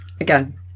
Again